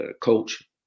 coach